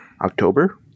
October